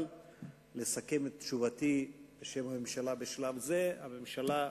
אבל לסיכום תשובתי בשם הממשלה בשלב הזה: הממשלה,